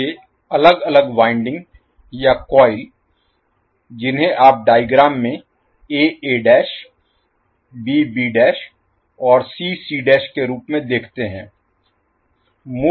अब ये अलग अलग वाइंडिंग या कॉइल जिन्हें आप डायग्राम में a a' b b और c c के रूप में देखते हैं